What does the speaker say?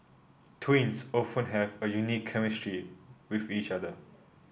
twins often have a unique chemistry with each other